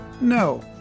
no